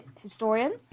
historian